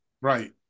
Right